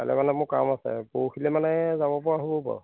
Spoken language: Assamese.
কাইলৈ মানে মোৰ কাম আছে পৰহিলৈ মানে যাব পৰা হ'ব পাৰোঁ